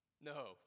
No